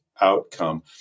Outcome